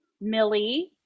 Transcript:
Millie